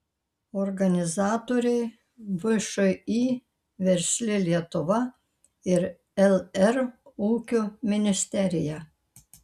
organizatoriai všį versli lietuva ir lr ūkio ministerija